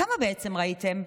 כמה בעצם ראיתם?